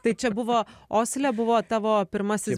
tai čia buvo osle buvo tavo pirmasis